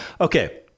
Okay